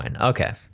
Okay